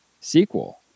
sequel